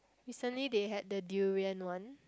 recently they had the durian one